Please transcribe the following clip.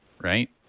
right